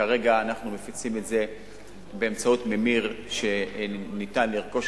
כרגע אנחנו מפיצים את זה באמצעות ממיר שניתן לרכוש